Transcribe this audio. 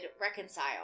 reconcile